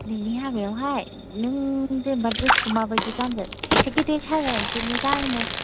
नोंनि हाबायावहाय नों जेनेबा द्रेसखौ माबादि गानगोन एसे गेदेर साजायनोसै मोजांनो